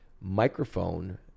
microphone